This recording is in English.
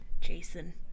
Jason